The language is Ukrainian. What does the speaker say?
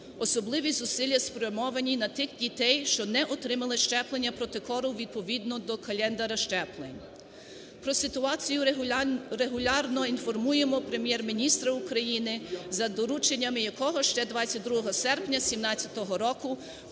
Особливі зусилля спрямовані на тих дітей, що не отримали щеплення проти кору відповідно до календаря щеплень. Про ситуацію регулярно інформуємо Прем'єр-міністра України, за дорученням якого ще 22 серпня 2017 року